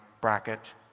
bracket